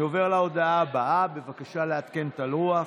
אני עובר להודעה הבאה, בבקשה לעדכן את הלוח: